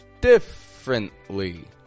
Differently